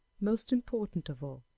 most important of all,